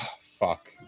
fuck